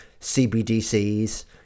cbdc's